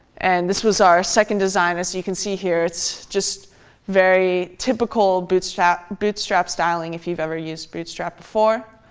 and this was our second design. as you can see here, it's just very typical bootstrap bootstrap styling, if you've ever used bootstrap before.